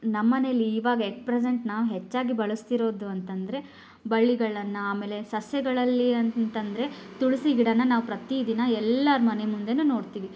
ನಮ್ಮನೇಲಿ ಇವಾಗ at present ನಾವು ಹೆಚ್ಚಾಗಿ ಬಳಸ್ತಿರೋದು ಅಂತ ಅಂದ್ರೆ ಬಳ್ಳಿಗಳನ್ನ ಆಮೇಲೆ ಸಸ್ಯಗಳಲ್ಲಿ ಅಂತ ಅಂದ್ರೆ ತುಳಿಸಿ ಗಿಡನ ನಾವು ಪ್ರತಿದಿನ ಎಲ್ಲರ ಮನೆ ಮುಂದೆಯೇ ನೋಡ್ತೀವಿ